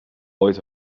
ooit